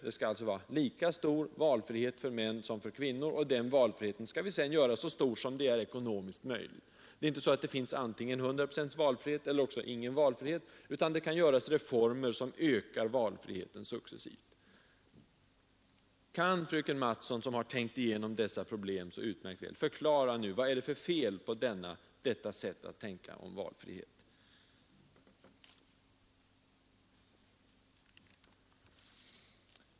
Det skall alltså vara lika stor valfrihet för män som för kvinnor, och den valfriheten skall vi sedan göra så stor som det är ekonomiskt möjligt. Det är inte så att det finns antingen hundra procents valfrihet eller ingen valfrihet, utan det kan göras reformer som ökar valfriheten successivt. Kan fröken Mattson, som har tänkt igenom dessa problem så utmärkt väl, förklara vad det är för fel på detta sätt att resonera om valfriheten?